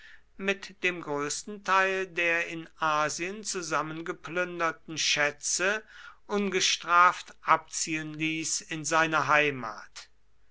mit dem größten teil der in asien zusammengeplünderten schätze ungestraft abziehen ließ in seine heimat